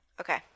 Okay